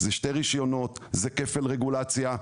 אלה שני רישיונות וכפל רגולציה.